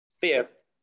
fifth